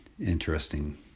interesting